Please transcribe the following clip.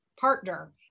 partner